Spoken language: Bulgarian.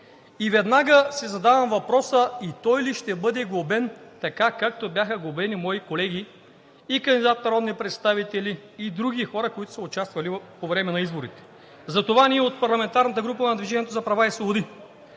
И веднага си задавам въпроса: и той ли ще бъде глобен така, както бяха глобени мои колеги и кандидат народни представители, и други хора, които са участвали по време на изборите? Затова ние от парламентарната група на „Движението за права и свободи“